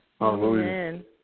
Amen